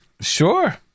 Sure